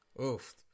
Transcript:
Oof